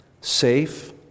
Safe